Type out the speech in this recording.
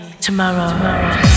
Tomorrow